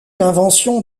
l’invention